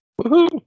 Woohoo